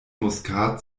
muskat